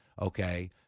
Okay